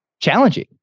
challenging